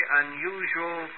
unusual